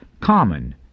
common